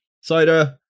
cider